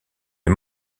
est